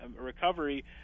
recovery